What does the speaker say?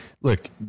look